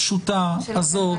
הפשוטה הזאת.